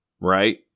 Right